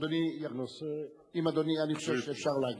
אדוני, אם אדוני, אני חושב שאפשר להגיב.